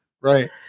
right